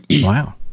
Wow